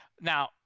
Now